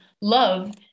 love